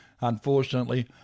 unfortunately